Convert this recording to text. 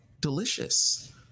delicious